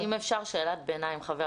שאלת ביניים.